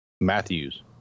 Matthews